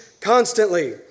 constantly